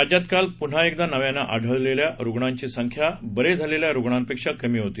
राज्यात काल पुन्हा एकदा नव्यानं आढळलेल्या रुग्णांची संख्या बरे झालेल्या रुग्णांपेक्षा कमी होती